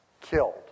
killed